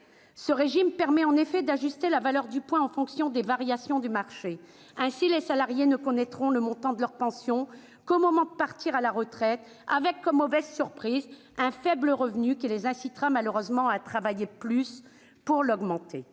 Ce régime permet en effet d'ajuster la valeur du point en fonction des variations du marché. Ainsi, les salariés ne connaîtront le montant de leur pension qu'au moment de partir à la retraite, avec comme mauvaise surprise un faible revenu qui les incitera malheureusement à travailler plus pour augmenter